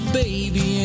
baby